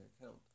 account